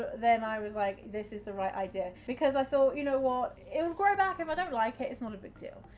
then i was like, this is the right idea. because i thought, you know what, it'll grow back if i don't like it, it's not a big deal,